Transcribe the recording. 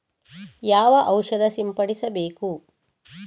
ಯಾವ ಔಷಧ ಸಿಂಪಡಿಸಬೇಕು?